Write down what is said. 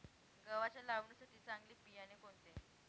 गव्हाच्या लावणीसाठी चांगले बियाणे कोणते?